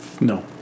No